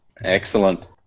Excellent